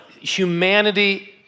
humanity